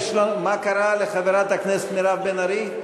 מה קרה לחברת הכנסת מירב בן ארי?